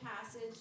passage